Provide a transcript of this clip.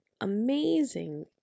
amazing